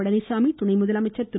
பழனிச்சாமி துணை முதலமைச்சர் திரு